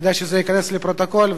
כדי שזה ייכנס לפרוטוקול,